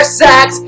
sex